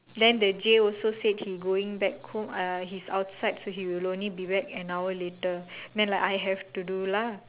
then the J also said he going back home uh he's outside so he will only be back an hour later then I have to do lah